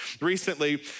recently